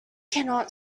cannot